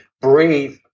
breathe